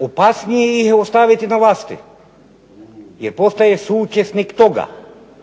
Opasnije ih je ostaviti na vlasti, jer postaje suučesnik toga